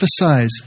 emphasize